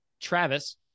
travis